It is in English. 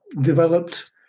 developed